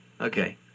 Okay